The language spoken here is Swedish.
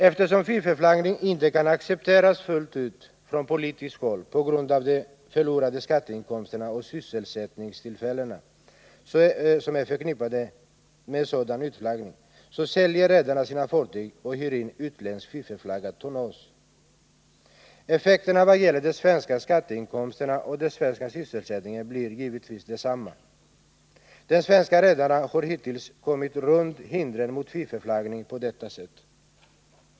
Eftersom fiffelflaggningen inte kan accepteras fullt ut från politiskt håll på grund av de förlorade skatteinkomster och sysselsättningstillfällen som är förknippade med sådan utflaggning, säljer redarna sina fartyg och hyr in utländskt fiffelflaggat tonnage. Effekterna vad gäller de svenska skatteinkomsterna och den svenska sysselsättningen blir givetvis desamma. De svenska redarna har hittills kommit runt hindren mot fiffelflaggning på detta sätt.